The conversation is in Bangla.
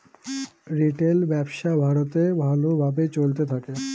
রিটেল ব্যবসা ভারতে ভালো ভাবে চলতে থাকে